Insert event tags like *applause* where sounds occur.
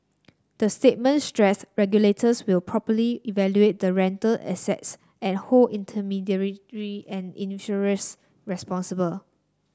the statement stressed regulators will properly evaluate the rental assets and hold intermediary *unintelligible* and issuers responsible